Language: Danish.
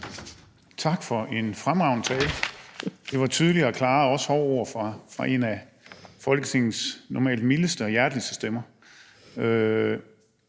Tak for en fremragende tale. Det var tydelige og klare og også hårde ord fra en af Folketingets normalt mildeste og hjerteligste stemmer.